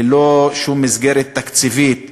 ללא שום מסגרת תקציבית.